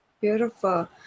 Beautiful